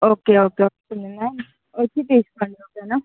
okay okay వస్తుంది ma'am వచ్చి తీసుకోండి ఓకేనా